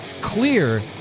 clear